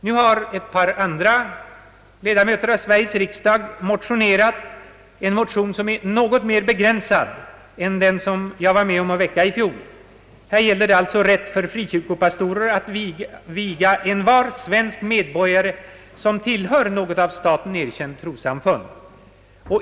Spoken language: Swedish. Nu har ett par andra ledamöter av Sveriges riksdag väckt en motion som är något mer begränsad än den jag var med om att väcka i fjol — den gäller rätt för frikyrkopastorer att viga envar svensk medborgare som tillhör något av staten erkänt trossamfund.